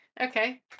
Okay